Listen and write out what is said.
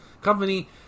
Company